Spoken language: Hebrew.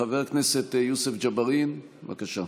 חבר הכנסת יוסף ג'בארין, בבקשה.